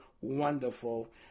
wonderful